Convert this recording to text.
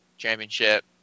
championship